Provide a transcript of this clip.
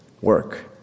work